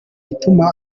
ituma